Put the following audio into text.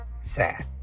sad